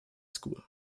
school